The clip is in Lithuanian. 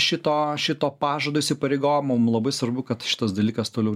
šito šito pažado įpareigojimo mum labai svarbu kad šitas dalykas toliau